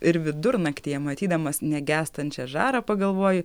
ir vidurnaktyje matydamas negęstančią žarą pagalvoju